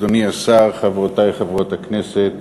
אדוני השר, חברותי חברות הכנסת